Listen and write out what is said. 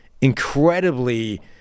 incredibly